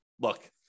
look